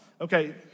Okay